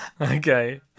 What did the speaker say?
Okay